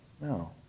no